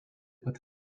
pat